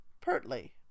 Pertly